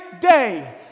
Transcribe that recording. day